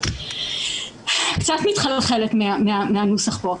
הזה וקצת מתחלחלת מהנוסח פה.